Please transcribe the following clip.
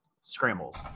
scrambles